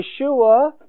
Yeshua